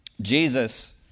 Jesus